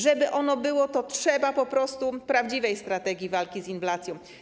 Żeby ono było, trzeba byłoby po prostu prawdziwej strategii walki z inflacją.